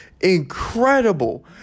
incredible